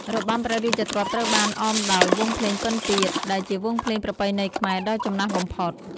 របាំព្រះរាជទ្រព្យត្រូវបានអមដោយ វង់ភ្លេងពិណពាទ្យ ដែលជាវង់ភ្លេងប្រពៃណីខ្មែរដ៏ចំណាស់បំផុត។